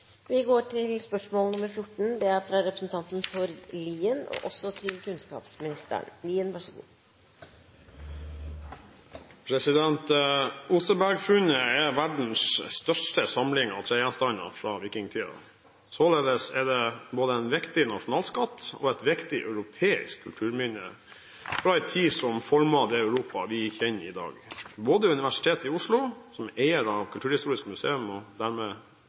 er verdens største samling av tregjenstander fra vikingtiden. Således er det både en viktig nasjonalskatt og et viktig europeisk kulturminne, fra en tid som formet det Europa vi kjenner i dag. Både Universitetet i Oslo, eieren av Kulturhistorisk museum, og